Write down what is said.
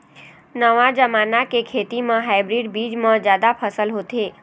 नवा जमाना के खेती म हाइब्रिड बीज म जादा फसल होथे